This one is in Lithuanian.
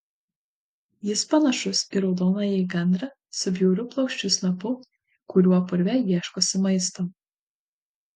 jis panašus į raudonąjį gandrą su bjauriu plokščiu snapu kuriuo purve ieškosi maisto